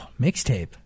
mixtape